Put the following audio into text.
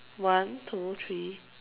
one two three